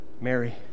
Mary